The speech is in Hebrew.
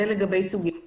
לגבי סוגיית